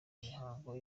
mihango